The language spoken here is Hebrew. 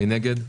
מי נגד?